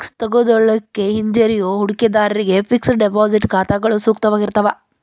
risk ತೆಗೆದುಕೊಳ್ಳಿಕ್ಕೆ ಹಿಂಜರಿಯೋ ಹೂಡಿಕಿದಾರ್ರಿಗೆ ಫಿಕ್ಸೆಡ್ ಡೆಪಾಸಿಟ್ ಖಾತಾಗಳು ಸೂಕ್ತವಾಗಿರ್ತಾವ